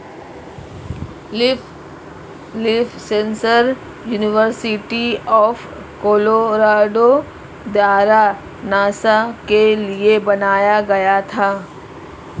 leaf sensor university of Colorado द्वारा NASA के लिए बनाया गया था